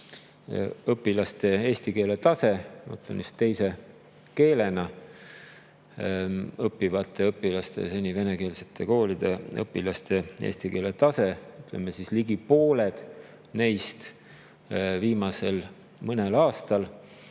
õpilaste eesti keele tase – ma mõtlen just teise keelena õppivate õpilaste tase, venekeelsete koolide õpilaste eesti keele tase. Ligi pooled neist viimasel mõnel aastal